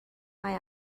mae